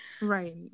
Right